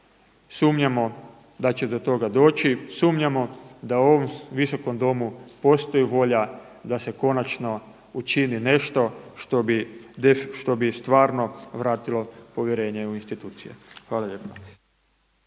sumnjamo da će do toga doći, sumnjamo da u ovom Visokom domu postoji volja da se konačno učini nešto što bi stvarno vratilo povjerenje u institucije. Hvala lijepa.